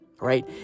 right